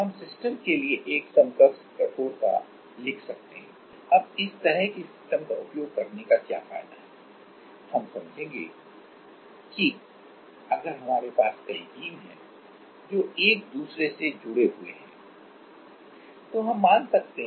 हम सिस्टम के लिए एक समकक्ष स्टीफनेस लिख सकते हैं